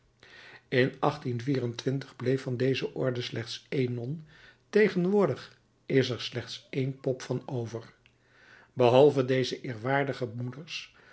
in bleef van deze orde slechts één non tegenwoordig is er slechts een pop van over behalve deze eerwaardige moeders